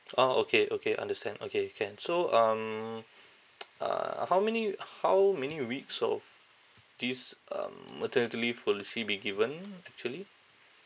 orh okay okay understand okay can so um uh how many how many weeks of this um maternity leave will she be given actually